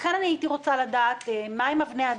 לכן הייתי רוצה לדעת מה הן אבני הדרך,